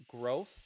growth